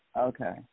Okay